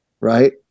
Right